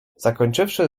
zakończywszy